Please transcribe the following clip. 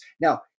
Now